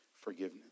forgiveness